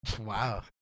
wow